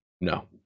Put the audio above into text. No